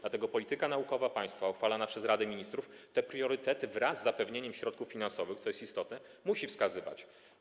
Dlatego polityka naukowa państwa uchwalana przez Radę Ministrów te priorytety wraz z zapewnieniem środków finansowych, co jest istotne, musi wskazywać.